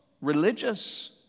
religious